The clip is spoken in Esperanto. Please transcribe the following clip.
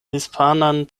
hispanan